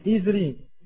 easily